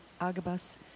Agabus